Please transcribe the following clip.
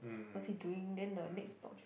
what's he doing then the next